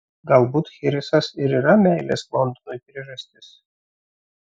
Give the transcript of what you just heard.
galbūt chrisas ir yra meilės londonui priežastis